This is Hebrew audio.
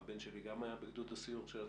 גם הבן שלי היה בגדוד הסיור של הצנחנים,